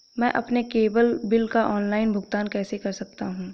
मैं अपने cable bill का ऑनलाइन भुगतान कैसे कर सकता हूं?